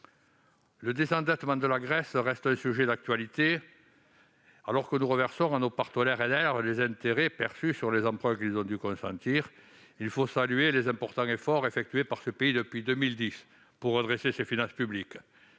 Le désendettement de la Grèce reste un sujet d'actualité, alors que nous reversons à nos partenaires hellènes les intérêts perçus sur les emprunts qu'ils ont dû contracter. Il faut saluer les importants efforts effectués par ce pays depuis 2010 pour redresser ses finances publiques